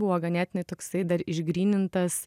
buvo ganėtinai toksai dar išgrynintas